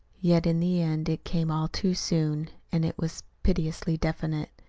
yet in the end it came all too soon and it was piteously definite.